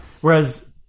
Whereas